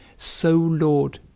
so, lord,